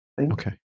Okay